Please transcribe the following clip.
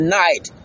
night